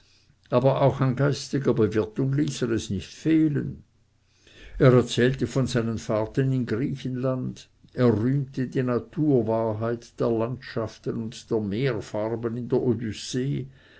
aber auch an geistiger bewirtung ließ er es nicht fehlen er erzählte von seinen fahrten in griechenland er rühmte die naturwahrheit der landschaften und der meerfarben in der odyssee